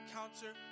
Counter